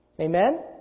Amen